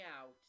out